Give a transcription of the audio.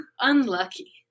Unlucky